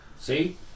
See